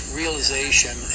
realization